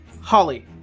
Holly